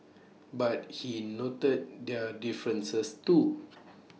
but he noted their differences too